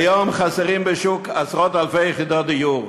כיום חסרות בשוק עשרות אלפי יחידות דיור.